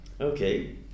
Okay